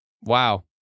wow